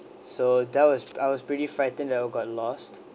so that was I was pretty frightened that will got lost